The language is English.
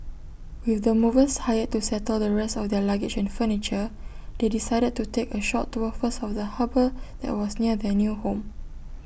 with the movers hired to settle the rest of their luggage and furniture they decided to take A short tour first of the harbour that was near their new home